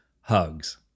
hugs